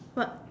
what